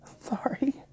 Sorry